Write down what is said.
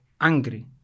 angry